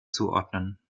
zuordnen